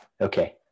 okay